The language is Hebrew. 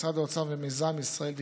משרד האוצר ומיזם ישראל דיגיטלית,